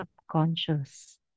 subconscious